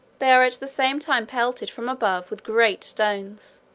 they are at the same time pelted from above with great stones,